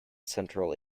central